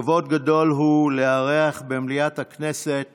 כבוד גדול הוא לארח במליאת הכנסת